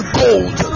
gold